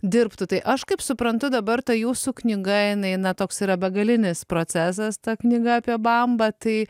dirbtų tai aš kaip suprantu dabar ta jūsų knyga jinai na toks yra begalinis procesas ta knyga apie bambą tai